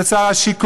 ואת שר השיכון,